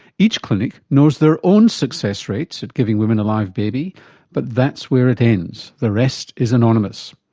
each clinic knows their own success rates at giving women a live baby but that's where it ends. the rest is anonymous.